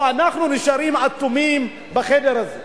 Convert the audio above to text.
או שאנחנו נשארים אטומים בחדר הזה?